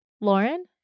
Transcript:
Lauren